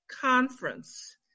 conference